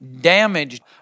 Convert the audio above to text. damaged